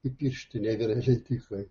įpiršti nei vienai leidyklai